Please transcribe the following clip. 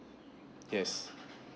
yes